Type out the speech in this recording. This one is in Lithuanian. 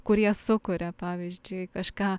kurie sukuria pavyzdžiui kažką